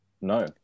No